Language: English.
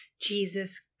Jesus